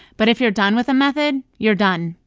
but if you're done with a method, you're done,